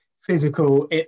physical